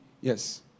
Yes